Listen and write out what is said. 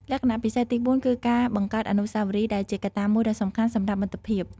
លក្ខណៈពិសេសទីបួនគឺការបង្កើតអនុស្សាវរីយ៍ដែលជាកត្តាមួយដ៏សំខាន់សម្រាប់មិត្តភាព។